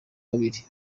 babiri